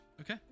Okay